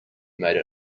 made